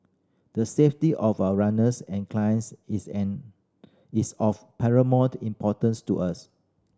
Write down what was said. the safety of our runners and clients is an is of paramount importance to us